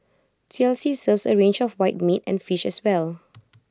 T L C serves A range of white meat and fish as well